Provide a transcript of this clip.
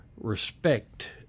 respect